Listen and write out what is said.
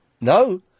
No